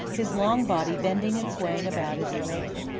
his long body bending and swaying about as he ran.